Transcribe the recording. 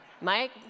Mike